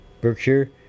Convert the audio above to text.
Berkshire